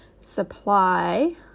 supply